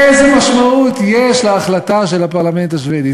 איזה משמעות יש להחלטה של הפרלמנט השבדי?